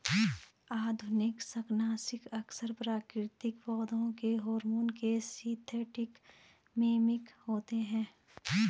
आधुनिक शाकनाशी अक्सर प्राकृतिक पौधों के हार्मोन के सिंथेटिक मिमिक होते हैं